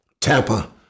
Tampa